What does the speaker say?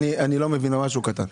אני לא מבין משהו קטן.